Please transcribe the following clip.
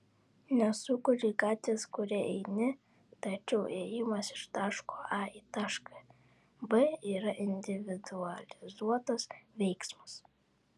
nesukuri gatvės kuria eini tačiau ėjimas iš taško a į tašką b yra individualizuotas veiksmas